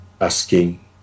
asking